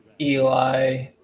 eli